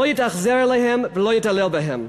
לא יתאכזר אליהם ולא יתעלל בהם".